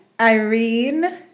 Irene